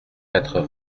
quatre